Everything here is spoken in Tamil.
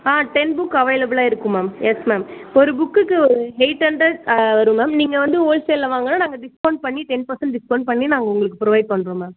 ஆ டென் புக் அவைலபிளாக இருக்குது மேம் எஸ் மேம் ஒரு புக்குக்கு ஒரு எயிட் ஹண்ட்ரட் வரும் மேம் நீங்கள் வந்து ஹோல்சேலில் வாங்கினா நாங்கள் டிஸ்கவுண்ட் பண்ணி டென் பர்சன்ட் டிஸ்கவுண்ட் பண்ணி நாங்கள் உங்களுக்கு ப்ரொவைட் பண்ணுறோம் மேம்